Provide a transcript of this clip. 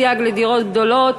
סייג לדירות גדולות),